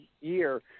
year